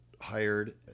hired